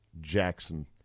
Jackson